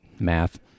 math